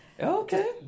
Okay